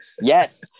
Yes